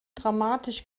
dramatisch